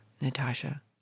Natasha